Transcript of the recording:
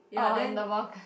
orh in the balc~